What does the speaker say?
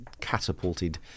catapulted